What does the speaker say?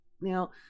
Now